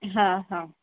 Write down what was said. हा हा